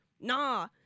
nah